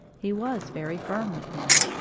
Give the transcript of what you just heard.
he was very firm with them.